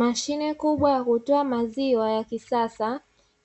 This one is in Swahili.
Mashine kubwa ya kutoa maziwa ya kisasa,